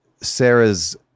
sarah's